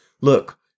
Look